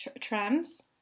Trams